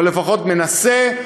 או לפחות מנסה,